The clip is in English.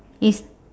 is